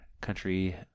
country